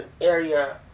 area